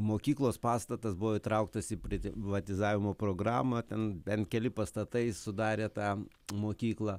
mokyklos pastatas buvo įtrauktas į privatizavimo programą ten bent keli pastatai sudarė tą mokyklą